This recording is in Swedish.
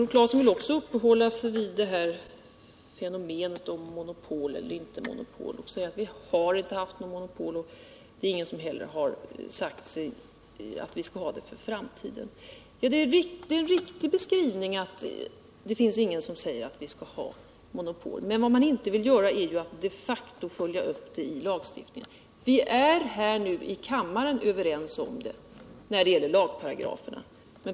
Vidare vill Tore Claeson uppehålla sig vid fenomenet monopol eller inte monopol, och han säger att vi inte har haft monopol och att det heller inte är någon som sagt sig att vi skall ha det för framtiden. Ja, det är en riktig beskrivning att det inte finns någon som säger att vi skall ha monopol. Men vad man inte vill göra är ju att de facto följa upp det i lagstiftningen. Vi är nu här i kammaren överens när det gäller lagparagraferna.